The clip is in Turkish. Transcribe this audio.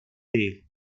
değil